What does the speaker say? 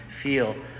feel